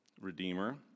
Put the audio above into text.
Redeemer